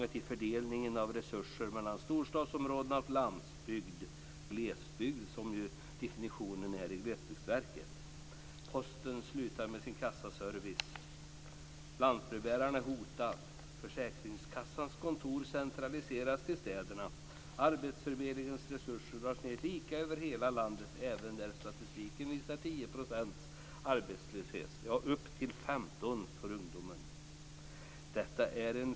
Det gäller då fördelningen av resurser mellan storstadsområdena och landsbygden/glesbygden, som ju definitionen är hos Glesbygdsverket. Posten slutar med sin kassaservice. Lantbrevbärarservicen är hotad. Försäkringskassans kontor centraliseras till städerna. Arbetsförmedlingens resurser dras ned lika över hela landet, även där statistiken visar 10 % arbetslöshet, ja, upp till 15 % arbetslöshet för ungdomen.